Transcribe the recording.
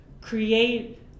create